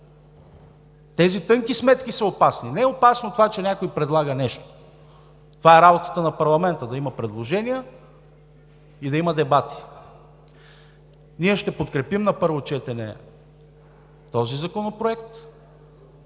Тези тънки сметки са опасни. Не е опасно това, че някой предлага нещо – това е работата на парламента, да има предложения и да има дебати. Ние ще подкрепим на първо четене този законопроект